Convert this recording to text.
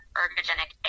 ergogenic